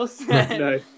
No